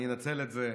אני אנצל את זה,